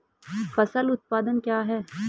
फसल उत्पादन क्या है?